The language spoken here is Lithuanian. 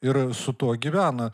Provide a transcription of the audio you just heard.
ir su tuo gyvena